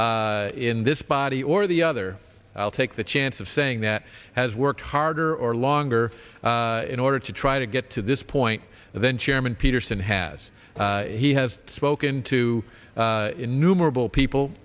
in this body or the other i'll take the chance of saying that has worked harder or longer in order to try to get to this point then chairman peterson has he has spoken to in